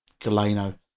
Galeno